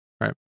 right